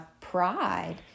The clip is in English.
pride